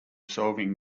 solving